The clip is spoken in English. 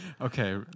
Okay